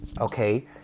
okay